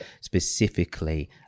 specifically